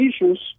issues